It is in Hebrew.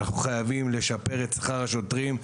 אנחנו חייבים לשפר את שכר השוטרים.